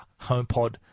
HomePod